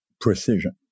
precision